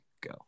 go